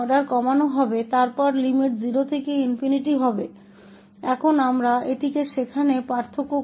तो एक आदेश यहाँ घटाया जाएगा फिर लिमिट 0 से ∞ तक